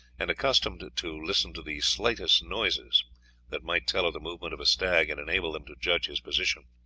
and accustomed to listen to the slightest noises that might tell of the movement of a stag and enable them to judge his position.